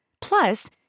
Plus